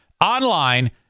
online